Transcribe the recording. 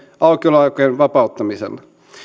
aukioloaikojen vapauttamisella